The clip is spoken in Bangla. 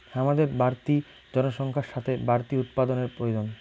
হামাদের বাড়তি জনসংখ্যার সাথে বাড়তি উৎপাদানের প্রয়োজন